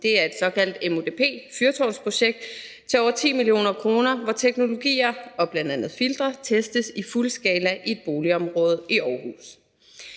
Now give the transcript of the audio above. Det er et såkaldt MUDP-fyrtårnsprojekt til over 10 mio. kr., hvor teknologier og bl.a. filtre testes i fuldskala i et boligområde i Aarhus.